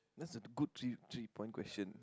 that's a good three three point question